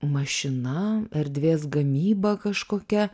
mašina erdvės gamyba kažkokia